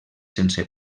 sense